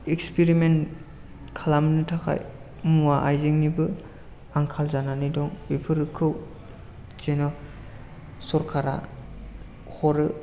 experiment खालामनो थाखाय मुवा आइजेंनिबो आंखाल जानानै दं बेफोरखौ जेन' सरखारा हरो